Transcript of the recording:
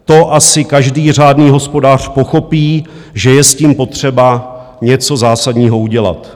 To asi každý řádný hospodář pochopí, že je s tím potřeba něco zásadního udělat.